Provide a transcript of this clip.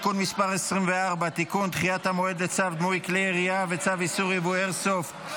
והארכת תוקף צו איסור ייבוא כלי איירסופט),